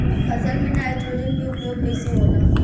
फसल में नाइट्रोजन के उपयोग कइसे होला?